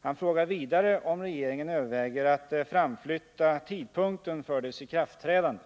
Han frågar vidare om regeringen överväger att framflytta tidpunkten för dess ikraftträdande.